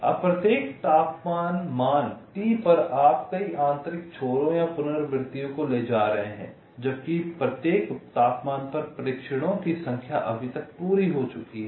अब प्रत्येक तापमान मान T पर आप कई आंतरिक छोरों या पुनरावृत्तियों को ले जा रहे हैं जबकि प्रत्येक तापमान पर परीक्षणों की संख्या अभी तक पूरी हो चुकी है